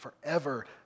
forever